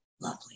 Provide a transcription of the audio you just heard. Lovely